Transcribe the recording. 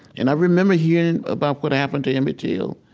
and i remembered hearing about what happened to emmett till,